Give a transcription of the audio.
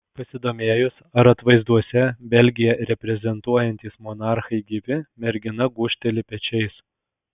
pasidomėjus ar atvaizduose belgiją reprezentuojantys monarchai gyvi mergina gūžteli pečiais